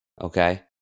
okay